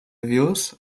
views